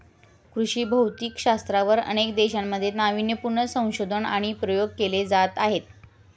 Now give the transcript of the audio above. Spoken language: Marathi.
कृषी भौतिकशास्त्रावर अनेक देशांमध्ये नावीन्यपूर्ण संशोधन आणि प्रयोग केले जात आहेत